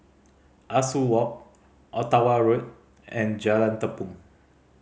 Ah Soo Walk Ottawa Road and Jalan Tepong